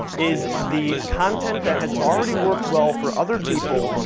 is the content that has already worked well for other people,